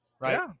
Right